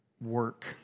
work